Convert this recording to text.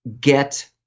get